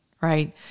right